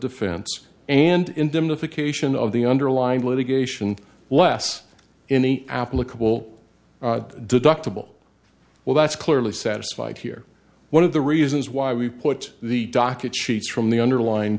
defense and indemnification of the underlying litigation less any applicable deductible well that's clearly satisfied here one of the reasons why we put the docket sheets from the underline